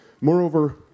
Moreover